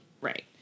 right